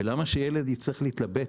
ולמה שילד יצטרך להתלבט